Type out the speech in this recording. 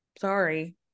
sorry